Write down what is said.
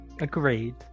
Agreed